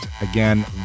Again